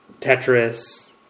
tetris